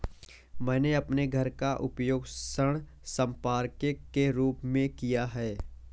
मैंने अपने घर का उपयोग ऋण संपार्श्विक के रूप में किया है